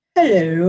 Hello